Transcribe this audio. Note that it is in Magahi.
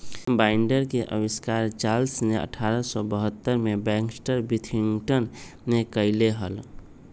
बाइंडर के आविष्कार चार्ल्स ने अठारह सौ बहत्तर में बैक्सटर विथिंगटन में कइले हल